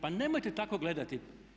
Pa nemojte tako gledati.